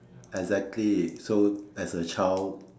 exactly so as a child